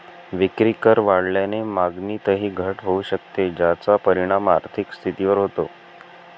विक्रीकर वाढल्याने मागणीतही घट होऊ शकते, ज्याचा परिणाम आर्थिक स्थितीवर होतो